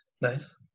Nice